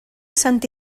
sant